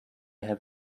have